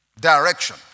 Direction